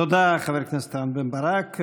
תודה, חבר הכנסת רם בן ברק.